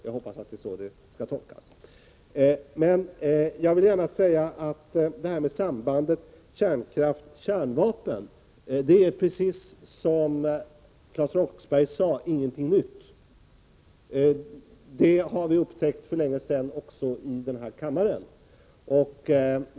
Jag hoppas att det är så hans inlägg skall tolkas. Sambandet kärnkraft-kärnvapen är, precis som Claes Roxbergh sade, ingenting nytt. Det har vi upptäckt för länge sedan också i denna kammare.